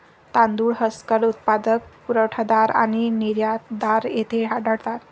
तांदूळ हस्कर उत्पादक, पुरवठादार आणि निर्यातदार येथे आढळतात